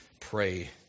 pray